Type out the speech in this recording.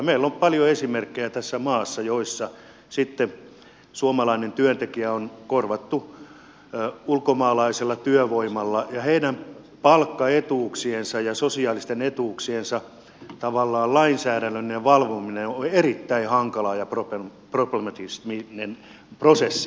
meillä on tässä maassa paljon esimerkkejä joissa suomalainen työntekijä on korvattu ulkomaalaisella työvoimalla ja heidän palkkaetuuksiensa ja sosiaalisten etuuksiensa lainsäädännöllinen valvominen on erittäin hankala ja problemaattinen prosessi